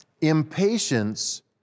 impatience